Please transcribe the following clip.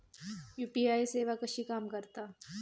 UPI सेवा कशी काम करता?